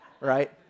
right